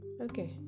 Okay